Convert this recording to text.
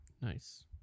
Nice